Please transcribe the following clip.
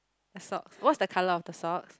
a socks what's the colour of the socks